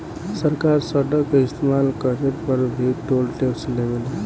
सरकार सड़क के इस्तमाल करे पर भी टोल टैक्स लेवे ले